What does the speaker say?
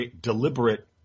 Deliberate